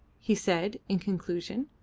he said, in conclusion,